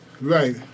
Right